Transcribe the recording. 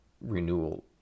renewal